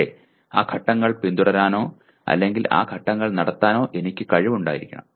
പക്ഷേ ആ ഘട്ടങ്ങൾ പിന്തുടരാനോ അല്ലെങ്കിൽ ആ ഘട്ടങ്ങൾ നടത്താനോ എനിക്ക് കഴിവുണ്ടായിരിക്കണം